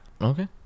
okay